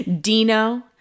Dino